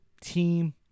team